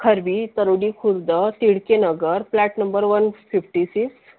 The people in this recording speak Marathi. Kharbi Tarodi Khurd Tidke Nagar flat number one fifty six